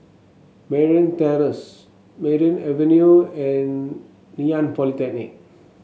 Merryn Terrace Merryn Avenue and Ngee Ann Polytechnic